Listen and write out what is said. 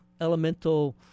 elemental